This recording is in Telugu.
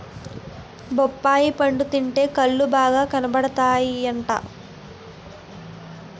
బొప్పాయి పండు తింటే కళ్ళు బాగా కనబడతాయట